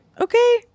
okay